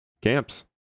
camps